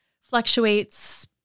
fluctuates